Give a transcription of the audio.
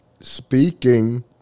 Speaking